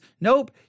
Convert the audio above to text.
nope